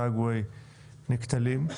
סגווי נתקלים.